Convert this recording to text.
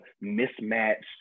mismatched